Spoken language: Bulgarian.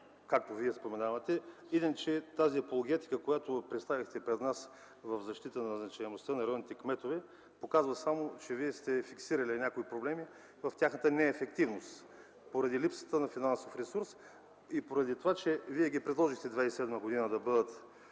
както Вие споменавате. Иначе тази апологетика, която представихте пред нас в защита на назначаемостта на районните кметове, показва само, че вие сте фиксирали някои проблеми в тяхната неефективност поради липсата на финансов ресурс и поради това, че вие ги предложихте през 2007 г. да бъдат